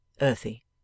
earthy